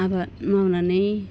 आबाद मावनानै